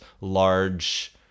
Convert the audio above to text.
large